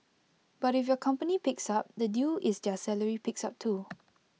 but if your company picks up the deal is their salary picks up too